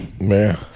Man